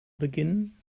beginnen